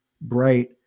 bright